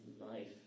life